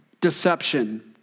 deception